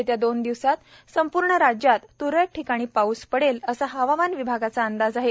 येत्या दोन दिवसात संपूर्ण राज्यात त्रळक ठिकाणी पाऊस पडेल असा हवामान विभागाचा अंदाज आहे